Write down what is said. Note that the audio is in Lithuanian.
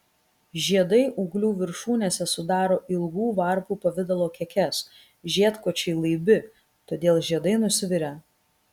žiedai ūglių viršūnėse sudaro ilgų varpų pavidalo kekes žiedkočiai laibi todėl žiedai nusvirę